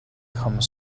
come